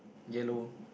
yellow